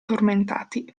tormentati